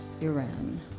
Iran